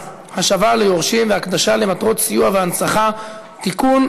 (השבה ליורשים והקדשה למטרות סיוע והנצחה) (תיקון,